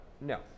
no